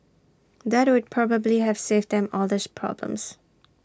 that would probably have saved them all these problems